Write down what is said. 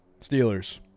Steelers